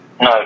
No